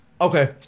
Okay